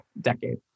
decade